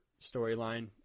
storyline